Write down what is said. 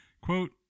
quote